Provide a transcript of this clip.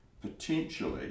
potentially